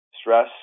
stress